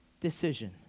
decision